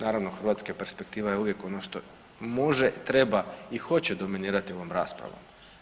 Naravno hrvatska perspektiva je uvijek ono što može, treba i hoće dominirati ovom raspravom.